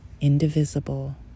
indivisible